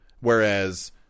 Whereas